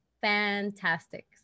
fantastic